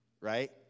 right